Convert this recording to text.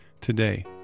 today